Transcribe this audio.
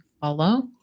follow